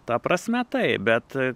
ta prasme taip bet